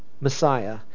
Messiah